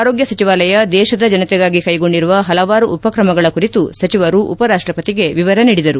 ಆರೋಗ್ಯ ಸಚಿವಾಲಯ ದೇತದ ಜನತೆಗಾಗಿ ಕೈಗೊಂಡಿರುವ ಹಲವಾರು ಉಪಕ್ರಮಗಳ ಕುರಿತು ಸಚಿವರು ಉಪರಾಷ್ಟಪತಿಗೆ ವಿವರ ನೀಡಿದರು